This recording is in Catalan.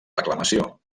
reclamació